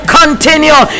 continue